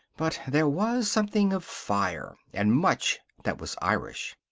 but there was something of fire, and much that was irish.